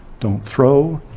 don't throw,